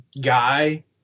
guy